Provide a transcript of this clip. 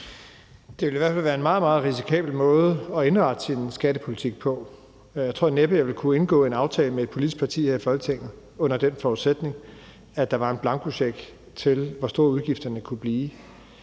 Det ville i hvert fald være en meget, meget risikabel måde at indrette sin skattepolitik på. Jeg tror næppe, jeg ville kunne indgå en aftale med et politisk parti her i Folketinget, under forudsætning at der var en blankocheck, uanset hvor store udgifterne kunne blive.